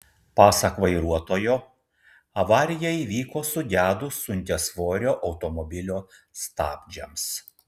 pasak vairuotojo avarija įvyko sugedus sunkiasvorio automobilio stabdžiams